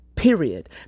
Period